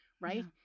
right